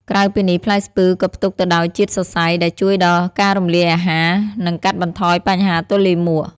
ក្រៅពីនេះ ផ្លែស្ពឺក៏ផ្ទុកទៅដោយជាតិសរសៃ ដែលជួយដល់ការរំលាយអាហារ និងកាត់បន្ថយបញ្ហាទល់លាមក។